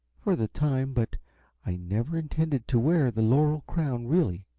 for the time, but i never intended to wear the laurel crown, really.